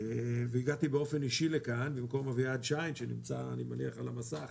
והגעתי באופן אישי לכאן במקום אביעד שיין שנמצא אני מניח על המסך